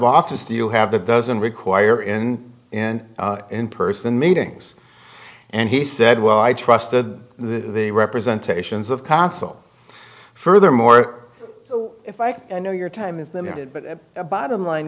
boxes do you have that doesn't require in and in person meetings and he said well i trust the representation of consul furthermore if i know your time is limited but the bottom line